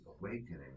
awakening